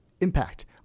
impact